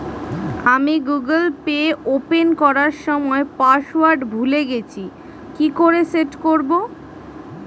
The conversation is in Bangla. আমি গুগোল পে ওপেন করার সময় পাসওয়ার্ড ভুলে গেছি কি করে সেট করব?